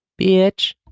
Bitch